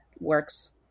works